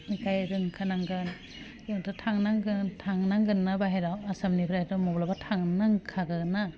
बेनिखाय रोंखा नांगोन जोंथ' थांनांगोन थांनांगोन्ना बाहेराव आसामनिफ्रायथ' माब्लाबा थांनांखागोन्ना